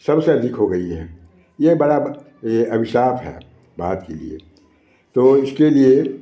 सबसे अधिक हो गई है यह बड़ा यह अभिशाप है भारत के लिए तो इसके लिए